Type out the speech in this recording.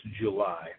July